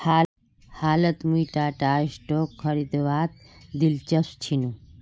हालत मुई टाटार स्टॉक खरीदवात दिलचस्प छिनु